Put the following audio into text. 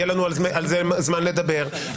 יהיה לנו זמן לדבר על זה.